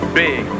big